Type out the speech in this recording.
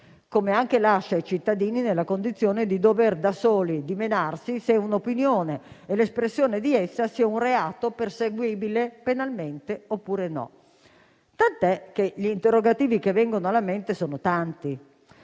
Come anche lascia i cittadini nella condizione di doversi dimenare da soli se un'opinione e l'espressione di essa sia un reato perseguibile penalmente oppure no. Tant'è che gli interrogativi che vengono alla mente sono tanti.